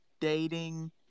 dating